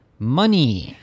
money